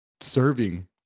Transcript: serving